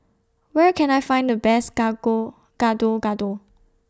Where Can I Find The Best Gado Gado